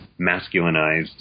masculinized